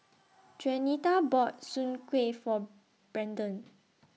Juanita bought Soon Kway For Branden